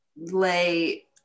lay